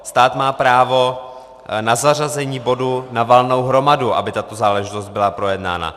Stát má právo na zařazení bodu na valnou hromadu, aby tato záležitost byla projednána.